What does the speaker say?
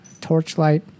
Torchlight